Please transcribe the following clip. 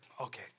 okay